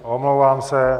Omlouvám se.